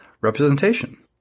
representation